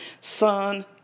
son